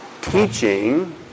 Teaching